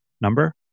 number